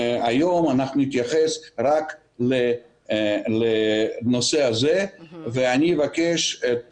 היום אנחנו נתייחס רק לנושא הזה ואבקש את